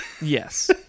Yes